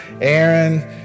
Aaron